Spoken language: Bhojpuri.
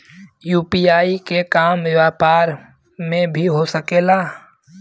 यू.पी.आई के काम व्यापार में भी हो सके ला?